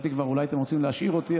חשבתי שכבר אולי אתם רוצים להשאיר אותי,